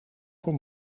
voor